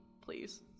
please